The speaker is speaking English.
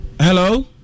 Hello